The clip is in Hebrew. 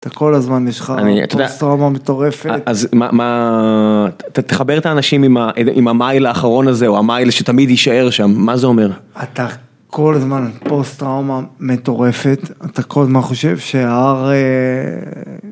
אתה כל הזמן יש לך פוסט טראומה מטורפת אז מה אתה תחבר את האנשים עם המייל האחרון הזה או המייל שתמיד יישאר שם מה זה אומר. אתה כל הזמן פוסט טראומה מטורפת אתה כל מה חושב שהר.